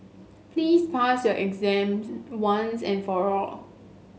please pass your exam once and for all